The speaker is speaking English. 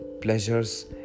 pleasures